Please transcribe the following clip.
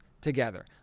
together